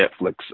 Netflix